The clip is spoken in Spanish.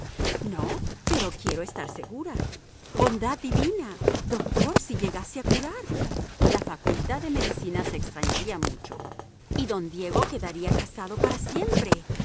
no pero quiero estar segura bondad divina doctor si llegase a curar la facultad de medicina se extrañaría mucho y don diego quedaría casado para siempre